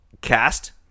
cast